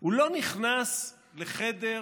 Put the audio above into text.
הוא לא נכנס לחדר,